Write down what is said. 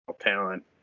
talent